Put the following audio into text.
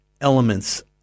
elements